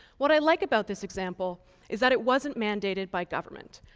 what i like about this example is that it wasn't mandated by government,